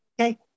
Okay